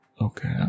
Okay